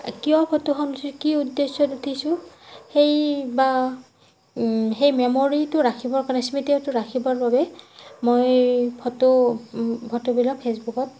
কিয় ফটোখন উঠিছোঁ কি উদ্দেশ্যত উঠিছোঁ সেই বা সেই মেমৰিটো ৰাখিবৰ কাৰণে স্মৃতিটো ৰাখিবৰ বাবে মই ফটো ফটোবিলাক ফেচবুকত